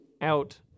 out